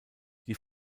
die